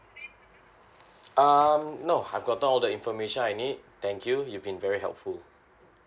um no I've gotten all the information I need thank you you've been very helpful